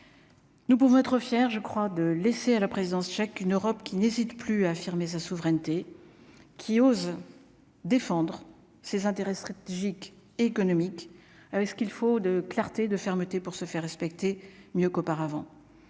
Nous pouvons être fiers, je crois, de laisser à la présidence tchèque, une Europe qui n'hésitent plus à affirmer sa souveraineté qui ose défendre ses intérêts stratégiques, économiques, ce qu'il faut de clarté de fermeté pour se faire respecter, mieux qu'auparavant,